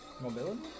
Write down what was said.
Mobility